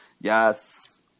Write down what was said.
Yes